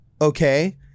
okay